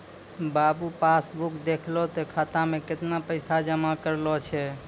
बाबू pass book देखहो तें खाता मे कैतना पैसा जमा करलो छै